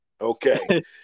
Okay